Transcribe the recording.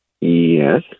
Yes